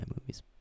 movies